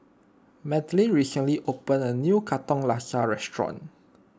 Madlyn recently opened a new Katong Laksa restaurant